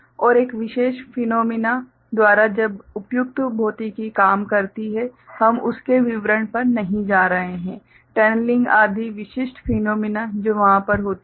और एक विशेष फिनोमीना द्वारा जब उपयुक्त भौतिकी काम करती है हम उस के विवरण पर नहीं जा रहे हैं टनलिंग आदि विशिष्ट फिनोमीना जो वहां पर होती हैं